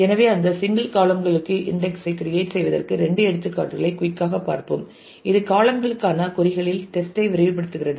எனவே அந்த சிங்கிள் காளம்களுக்கு இன்டெக்ஸ் ஐ கிரியேட் செய்வதற்கு இரண்டு எடுத்துக்காட்டுகளை குயிக் ஆக பார்ப்போம் இது காளம்களுக்கான கொறி களில் டெஸ்ட் ஐ விரைவுபடுத்துகிறது